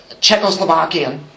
Czechoslovakian